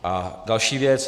A další věc.